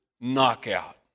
Knockout